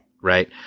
Right